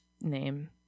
name